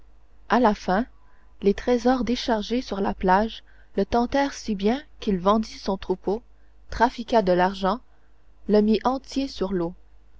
à la fin les trésors déchargés sur la plage le tentèrent si bien qu'il vendit son troupeau trafiqua de l'argent le mit entier sur l'eau